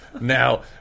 Now